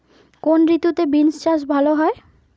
কোন ঋতুতে বিন্স চাষ ভালো হয়?